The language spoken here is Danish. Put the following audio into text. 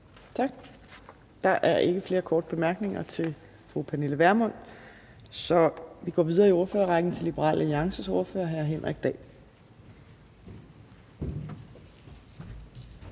Tak. Der er ikke flere korte bemærkninger til fru Pernille Vermund, så vi går videre i ordførerrækken til Liberal Alliances ordfører, hr. Henrik Dahl.